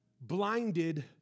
blinded